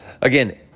Again